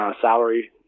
salary